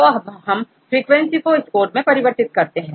तो अब हम फ्रीक्वेंसी को स्कोर मेंपरिवर्तित करेंगे